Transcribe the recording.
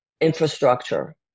infrastructure